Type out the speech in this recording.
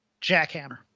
jackhammer